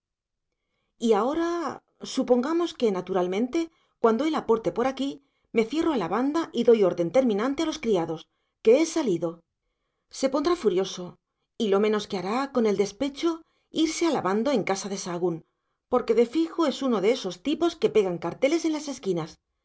y ahora supongamos que naturalmente cuando él aporte por aquí me cierro a la banda y doy orden terminante a los criados que he salido se pondrá furioso y lo menos que hará con el despecho irse alabando en casa de sahagún porque de fijo es uno de esos tipos que pegan carteles en las esquinas